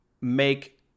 make